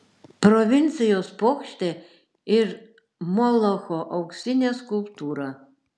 provincijos puokštė ir molocho auksinė skulptūra